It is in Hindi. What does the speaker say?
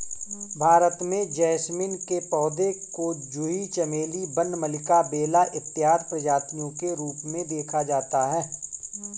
भारत में जैस्मीन के पौधे को जूही चमेली वन मल्लिका बेला इत्यादि प्रजातियों के रूप में देखा जाता है